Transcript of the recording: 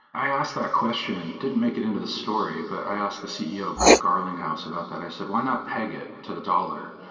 i asked the question. didn't make it into the story, but i asked the ceo, brad garlinghouse, about that. i said, why not peg it to the dollar?